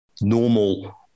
normal